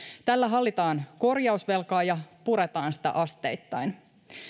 tällä hallitaan korjausvelkaa ja puretaan sitä asteittain